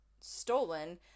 stolen